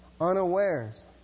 unawares